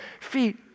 feet